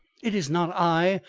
it is not i,